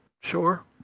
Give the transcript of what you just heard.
sure